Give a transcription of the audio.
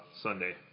Sunday